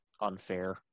Unfair